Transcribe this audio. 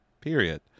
period